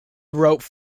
wrote